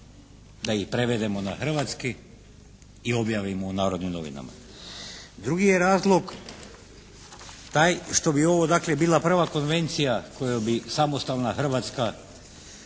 da ih prevedemo na hrvatski i objavimo u "Narodnim novinama". Drugi je razlog taj što bi ovo dakle bila prva konvencija koju bi samostalna Hrvatska